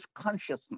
consciousness